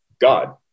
god